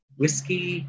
whiskey